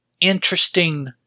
interesting